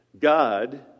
God